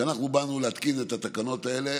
כשאנחנו באנו להתקין את התקנות האלה